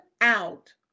out